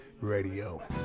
Radio